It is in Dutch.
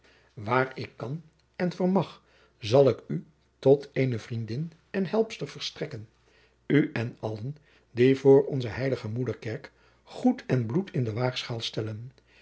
waar ik kan en vermag zal ik u tot eene vriendin en helpster verstrekken u en allen die voor onze heilige moederkerk goed en bloed in de waagschaal stellen